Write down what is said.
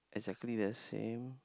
exactly the same